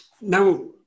now